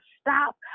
stop